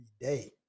day